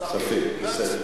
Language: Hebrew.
כספים, בסדר.